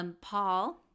Paul